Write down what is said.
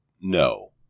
No